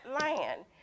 land